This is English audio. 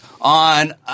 on